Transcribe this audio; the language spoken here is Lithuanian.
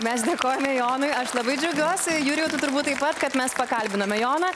mes dėkojame jonui aš labai džiaugiuosi jurijau tu turbūt taip pat kad mes pakalbinome joną